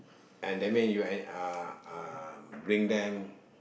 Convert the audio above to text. and that mean you uh uh bring them